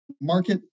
market